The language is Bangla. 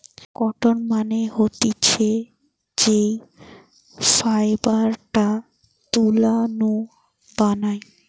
কটন মানে হতিছে যেই ফাইবারটা তুলা নু বানায়